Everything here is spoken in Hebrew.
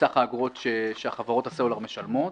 בסך האגרות שחברות הסלולר משלמות,